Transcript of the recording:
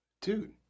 Dude